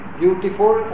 beautiful